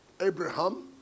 Abraham